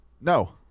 No